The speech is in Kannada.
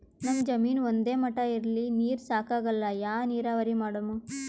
ನಮ್ ಜಮೀನ ಒಂದೇ ಮಟಾ ಇಲ್ರಿ, ನೀರೂ ಸಾಕಾಗಲ್ಲ, ಯಾ ನೀರಾವರಿ ಮಾಡಮು?